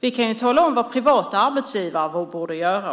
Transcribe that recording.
Vi kan ju tala om vad privata arbetsgivare borde göra.